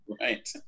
right